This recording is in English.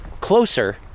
closer